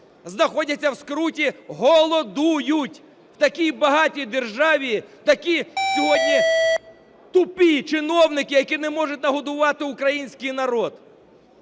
знаходяться в скруті, голодують. В такій багатій державі такі сьогодні тупі чиновники, які не можуть нагодувати український народ.